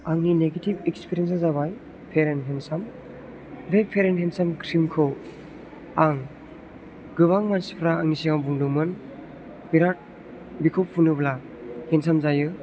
आंनि negative experience आ जाबाय फेर एन हेनसाम बे फेर एन हेनसाम क्रिमखौ आं गोबां मानसिफ्रा आंनि सिगाङाव बुंदोंमोन बिराद बेखौ फुनोब्ला हेन्डसाम जायो